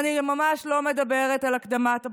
אני ממש לא מדברת על הקדמת הבחירות.